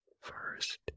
first